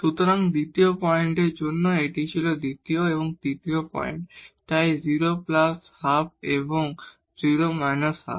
সুতরাং দ্বিতীয় পয়েন্টের জন্য এটি ছিল দ্বিতীয় এবং তৃতীয় পয়েন্ট তাই 0 প্লাস হাফ এবং 0 মাইনাস হাফ